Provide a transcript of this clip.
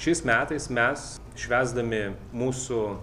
šiais metais mes švęsdami mūsų